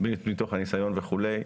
מתוך הניסיון וכולי.